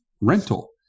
rental